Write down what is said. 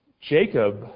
Jacob